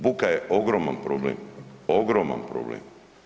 Buka je ogroman problem, ogroman problem.